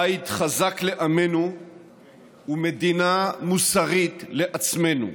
בית חזק לעמנו ומדינה מוסרית לעצמנו,